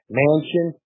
mansion